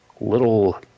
little